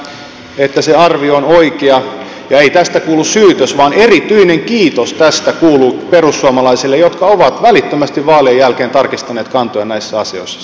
ja ei tästä kuulu syytös vaan erityinen kiitos perussuomalaisille jotka ovat välittömästi vaalien jälkeen tarkistaneet kantojaan näissä asioissa